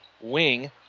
wing